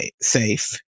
safe